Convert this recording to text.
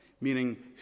Meaning